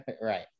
Right